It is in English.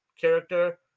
character